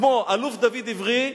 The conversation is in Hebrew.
כמו אלוף דוד עברי,